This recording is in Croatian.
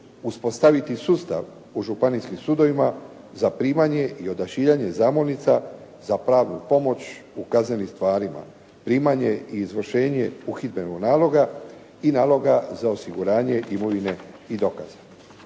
uspostaviti sustav u Županijskim sudovima za primanje i odašiljanje zamolnica za pravnu pomoć u kaznenim stvarima, primanje i izvršenje uhidbenog naloga i naloga za osiguranje imovine i dokaza.